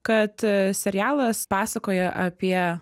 kad serialas pasakoja apie